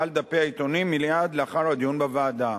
מעל דפי העיתונים מייד אחרי הדיון בוועדה.